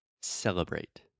celebrate